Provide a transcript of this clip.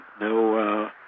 No